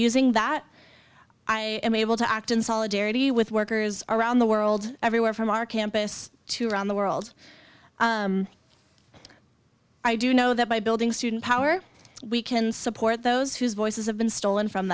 using that i am able to act in solidarity with workers around the world everywhere from our campus to around the world i do know that by building student power we can support those whose voices have been stolen from